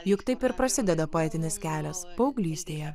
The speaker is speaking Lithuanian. juk taip ir prasideda poetinis kelias paauglystėje